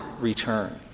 return